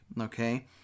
Okay